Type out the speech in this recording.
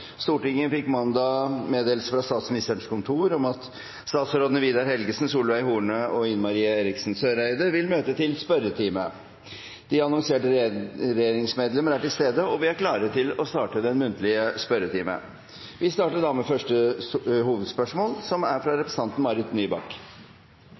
Stortinget mottok mandag meddelelse fra Statsministerens kontor om at statsrådene Vidar Helgesen, Solveig Horne og Ine Marie Eriksen Søreide vil møte til muntlig spørretime. De annonserte regjeringsmedlemmer er til stede, og vi er klare til å starte den muntlige spørretimen. Vi starter med første hovedspørsmål, fra representanten Marit Nybakk.